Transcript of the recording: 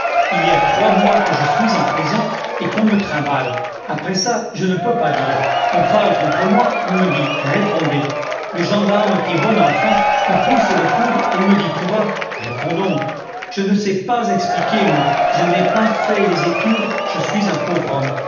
il y a trois mois que je suis en prison et qu'on me trimballe après ça je ne peux pas dire on parle contre moi on me dit répondez le gendarme qui est bon enfant me pousse le coude et me dit tout bas réponds donc je ne sais pas expliquer moi je n'ai pas fait les études je suis un pauvre homme